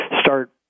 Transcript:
start